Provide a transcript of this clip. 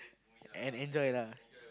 and enjoy lah